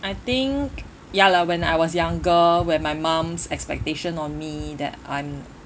I think ya lah when I was younger when my mum's expectation on me that I'm